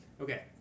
Okay